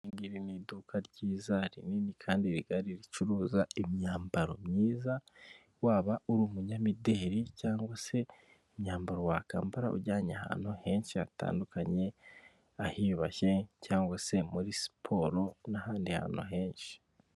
Iri ni iduka ryiza rinini kandi rigari ricuruza imyambaro myiza waba uri umunyamideli cyangwa se imyambaro wakambara ujyanye ahantu henshi hatandukanye ahiyubashye cyangwa se muri siporo n'ahandi hantu henshi .